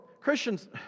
Christians